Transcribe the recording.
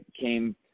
came